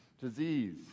disease